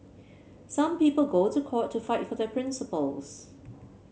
some people go to court to fight for their principles